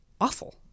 awful